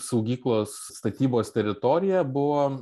saugyklos statybos teritorija buvo